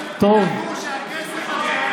תדאגו שהכסף הזה לא ילך לליברמן,